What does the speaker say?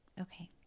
Okay